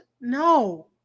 No